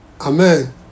Amen